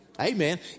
Amen